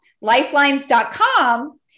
lifelines.com